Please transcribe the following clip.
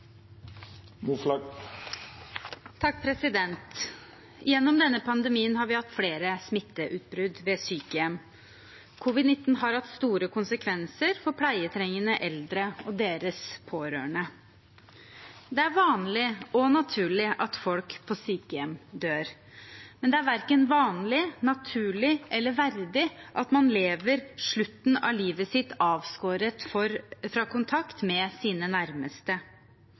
Gjennom denne pandemien har vi hatt flere smitteutbrudd ved sykehjem. Covid-19 har ført til store konsekvenser for pleietrengende eldre og deres pårørende. Det er vanlig og naturlig at folk på sykehjem dør, men det er verken vanlig, naturlig eller verdig at man lever slutten av livet sitt avskåret fra kontakt med sine nærmeste.